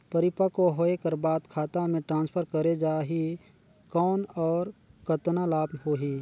परिपक्व होय कर बाद खाता मे ट्रांसफर करे जा ही कौन और कतना लाभ होही?